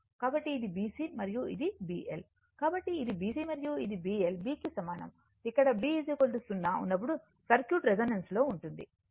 కాబట్టి ఇది BC మరియు ఇది BL కాబట్టి ఇది BC మరియు ఇది BL B కి సమానం ఇప్పుడు B 0 ఉన్నప్పుడు సర్క్యూట్ రెసోనెన్స్ లో ఉంటుంది